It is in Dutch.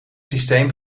systeem